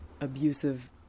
abusive